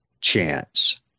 chance